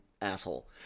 asshole